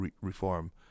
reform